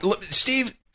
Steve